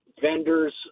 vendors